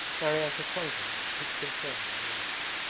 maryanka clung to him and kissed him firmly on the lips.